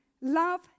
Love